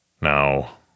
Now